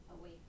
away